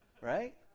right